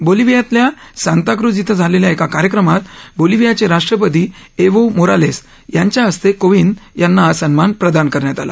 बोलिव्हियातल्या Santa Cruz इथं झालेल्या एका कार्यक्रमात बोलिव्हियाचे राष्ट्रपती एव्हो मोरालेस यांच्या हस्ते कोविंद यांना हा सन्मान प्रदान करण्यात आला